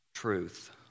truth